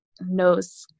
knows